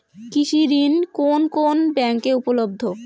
কৃষি ঋণ কোন কোন ব্যাংকে উপলব্ধ?